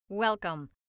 Welcome